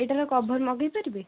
ଏଇଟାର କଭର ମଗାଇପାରିବେ